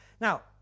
now